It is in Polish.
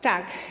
Tak.